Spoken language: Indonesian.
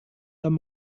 tom